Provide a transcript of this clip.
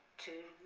two,